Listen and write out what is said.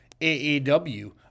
AAW